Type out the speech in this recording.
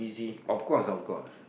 of course of course